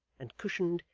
and cushioned,